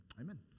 Amen